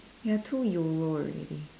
you're too yolo already